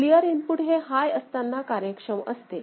clear input हे high असताना कार्यक्षम असते